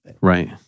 right